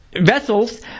Vessels